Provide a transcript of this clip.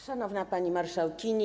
Szanowna Pani Marszałkini!